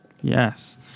Yes